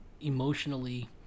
emotionally